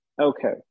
Okay